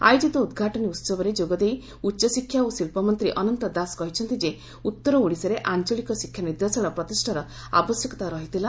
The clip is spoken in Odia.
ଆୟୋଜିତ ଉଦ୍ଘାଟନୀ ଉହବରେ ଯୋଗଦେଇ ଉଚ୍ଚଶିକ୍ଷା ଓ ଶିକ୍ରମନ୍ତୀ ଅନନ୍ତ ଦାସ କହିଛନ୍ତି ଯେ ଉଉର ଓଡ଼ିଶାରେ ଆଞଳିକ ଶିକ୍ଷା ନିର୍ଦ୍ଦେଶାଳୟ ପ୍ରତିଷାର ଆବଶ୍ୟକତା ରହିଥିଲା